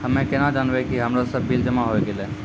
हम्मे केना जानबै कि हमरो सब बिल जमा होय गैलै?